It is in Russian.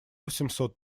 восемьсот